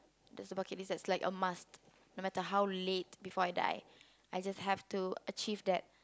there's a bucket list result is like a must no matter how late before I die I just have to achieve that